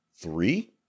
Three